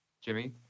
jimmy